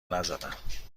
نزدم